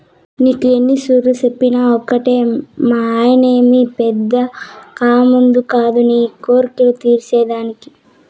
నీకు ఎన్నితూర్లు చెప్పినా ఒకటే మానాయనేమి పెద్ద కామందు కాదు నీ కోర్కెలు తీర్చే దానికి